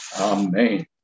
Amen